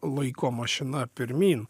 laiko mašina pirmyn